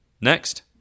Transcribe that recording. Next